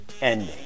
ending